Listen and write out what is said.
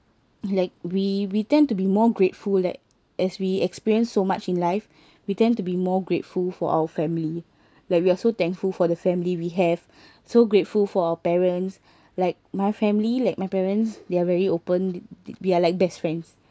like we we tend to be more grateful like as we experience so much in life we tend to be more grateful for our family like we are so thankful for the family we have so grateful for our parents like my family like my parents they are very open we are like best friends